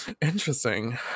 Interesting